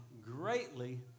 greatly